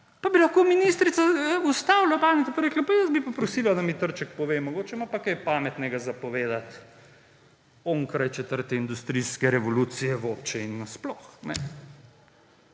Pa bi lahko ministrica ustavila Baneta pa rekla, jaz bi pa prosila, da mi Trček pove, mogoče ima pa kaj pametnega za povedati onkraj četrte industrijske revolucije v obče in nasploh.